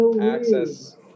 access